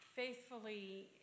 Faithfully